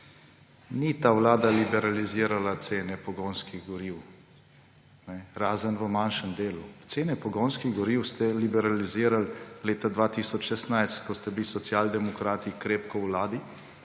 Ni ta vlada liberalizirala cen pogonskih goriv, razen v manjšem delu. Cene pogonskih goriv ste liberaliziral leta 2016, ko ste bili socialdemokrati krepko v vladi.